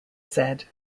said